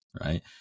right